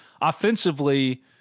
Offensively